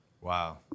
Wow